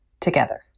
together